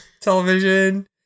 Television